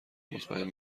مطمئن